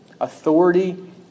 Authority